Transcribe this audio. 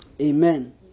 Amen